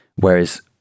Whereas